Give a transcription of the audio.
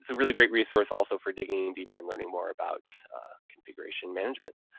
so really great resource also for digging deeper and learning more about configuration management.